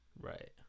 Right